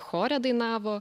chore dainavo